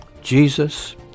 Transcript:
Jesus